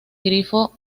grifo